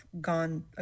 gone